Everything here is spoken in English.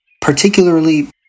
Particularly